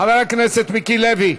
חבר הכנסת מיקי לוי.